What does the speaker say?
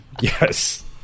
Yes